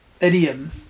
idiom